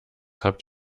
habt